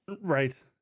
right